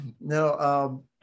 No